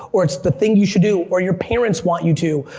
or it's the thing you should do, or your parents want you to,